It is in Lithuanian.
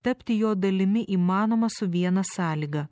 tapti jo dalimi įmanoma su viena sąlyga